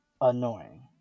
annoying